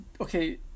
Okay